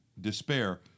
despair